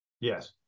Yes